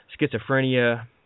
schizophrenia